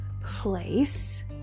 place